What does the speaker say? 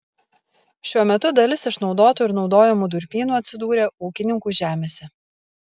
šiuo metu dalis išnaudotų ir naudojamų durpynų atsidūrė ūkininkų žemėse